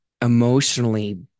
emotionally